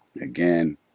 again